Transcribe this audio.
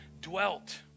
dwelt